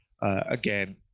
Again